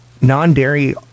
Non-dairy